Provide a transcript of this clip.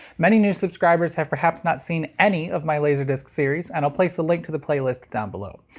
many new subscribers have perhaps not seen any of my laserdisc series, and i'll place a link to the playlist down below.